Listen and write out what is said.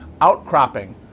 outcropping